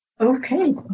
Okay